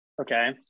Okay